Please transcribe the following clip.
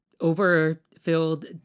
overfilled